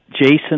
Jason